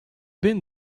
been